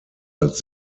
als